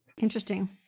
Interesting